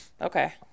Okay